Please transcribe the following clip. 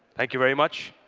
thank you very much.